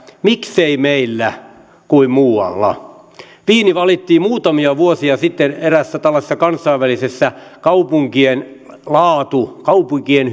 miksei meillä niin kuin muualla wien valittiin muutamia vuosia sitten eräässä tällaisessa kansainvälisessä kaupunkien laatu kaupunkien